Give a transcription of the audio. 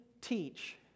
teach